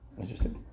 Interesting